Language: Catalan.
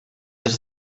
est